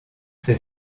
ces